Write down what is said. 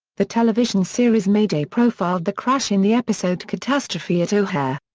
the television series mayday profiled the crash in the episode catastrophe at o'hare.